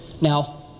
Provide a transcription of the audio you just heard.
Now